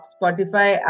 Spotify